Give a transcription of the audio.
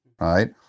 right